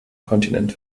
kontinent